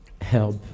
help